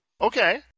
Okay